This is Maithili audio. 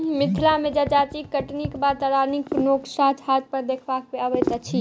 मिथिला मे जजाति कटनीक बाद तरकारीक नोकसान हाट पर देखबा मे अबैत अछि